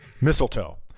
Mistletoe